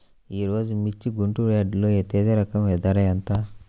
ఈరోజు మిర్చి గుంటూరు యార్డులో తేజ రకం ధర ఎంత?